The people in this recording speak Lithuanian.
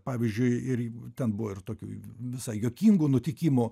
pavyzdžiui ir ten buvo ir tokių visai juokingų nutikimų